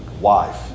wife